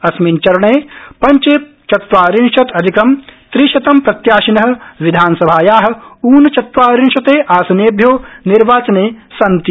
अस्मिन् चरणे पंचचत्वारिंशत् अधिकं त्रिशतं प्रत्याशिन विधानसभाया ऊनचत्वारिशते आसनेभ्यो निर्वाचने सन्ति